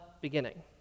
beginning